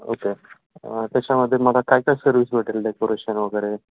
okay त्याच्यामध्ये मला काय काय सर्विस भेटेल डेकोरेशन वगैरे